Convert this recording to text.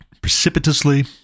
precipitously